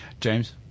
James